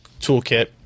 Toolkit